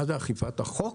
מה זה אכיפת החוק?